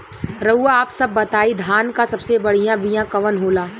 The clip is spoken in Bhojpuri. रउआ आप सब बताई धान क सबसे बढ़ियां बिया कवन होला?